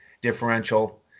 differential